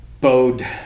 bowed